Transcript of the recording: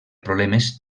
problemes